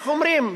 איך אומרים,